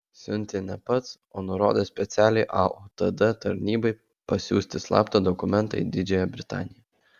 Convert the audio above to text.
siuntė ne pats o nurodė specialiai aotd tarnybai pasiųsti slaptą dokumentą į didžiąją britaniją